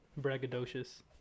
braggadocious